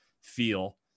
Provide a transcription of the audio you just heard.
feel